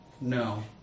no